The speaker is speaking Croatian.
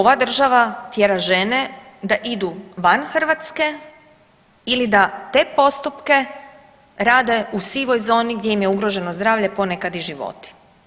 Ova država tjera žene da idu van Hrvatske ili da te postupke rade u sivoj zoni gdje im je ugroženo zdravlje, ponekad i životi.